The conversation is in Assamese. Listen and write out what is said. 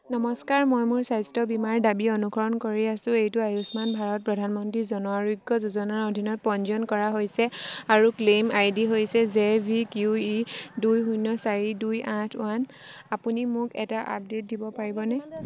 নমস্কাৰ মই মোৰ স্বাস্থ্য বীমাৰ দাবী অনুসৰণ কৰি আছোঁ এইটো আয়ুষ্মান ভাৰত প্ৰধানমন্ত্ৰী জন আৰোগ্য যোজনাৰ অধীনত পঞ্জীয়ন কৰা হৈছে আৰু ক্লেইম আই ডি হৈছে জে ভি কিউ ই দুই শূন্য চাৰি দুই আঠ ওৱান আপুনি মোক এটা আপডে'ট দিব পাৰিবনে